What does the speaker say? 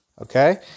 okay